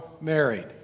married